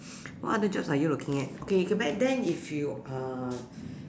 what other jobs are you looking at okay okay back then if you are